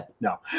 no